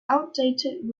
outdated